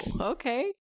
Okay